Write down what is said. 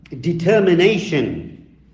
determination